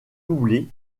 doublé